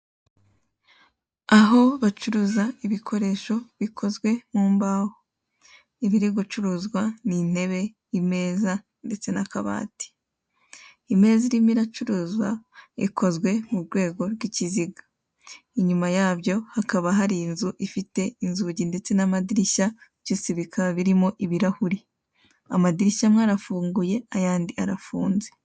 Aho bacururiza ibikoresho bikoze mu mbaho. Ibiri gucuruzwa ni intebe, ameza ndetse n'akabati. Ameza ari gucuruzwa akozwe mu buryo bw'ikiziga. Inyuma hari inzu ifite amadirishya amwe afunze andi afunguye.